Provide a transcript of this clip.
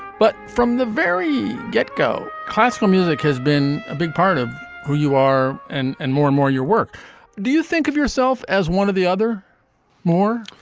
but from the very get-go, classical music has been a big part of who you are and and more and more your work do you think of yourself as one of the other more,